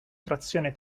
trazione